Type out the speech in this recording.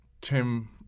Tim